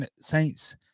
Saints